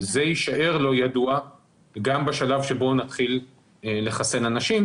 זה יישאר לא ידוע גם בשלב שבו נתחיל לחסן אנשים